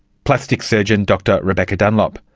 plastic surgeon dr rebecca dunlop.